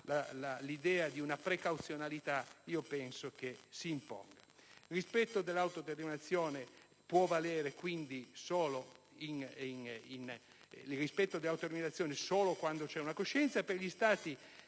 l'idea di una precauzionalità si imponga. Il rispetto dell'autodeterminazione può valere solo quando c'è una coscienza e, per gli stati